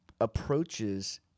approaches